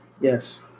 Yes